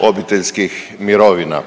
obiteljskih mirovina.